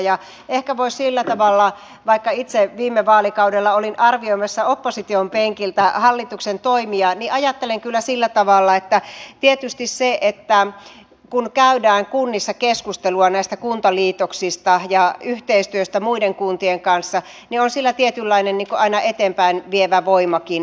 ja vaikka itse viime vaalikaudella olin arvioimassa opposition penkiltä hallituksen toimia niin ajattelen kyllä sillä tavalla että tietysti sillä että käydään kunnissa keskustelua näistä kuntaliitoksista ja yhteistyöstä muiden kuntien kanssa on tietynlainen aina eteenpäinvievä voimakin